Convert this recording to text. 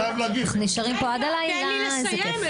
\ תן לי לסיים.